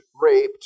raped